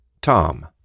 Tom